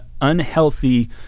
unhealthy